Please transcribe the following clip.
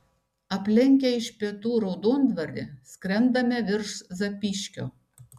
aplenkę iš pietų raudondvarį skrendame virš zapyškio